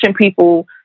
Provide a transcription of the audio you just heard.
people